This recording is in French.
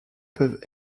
peuvent